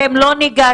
אתם לא ניגשתם,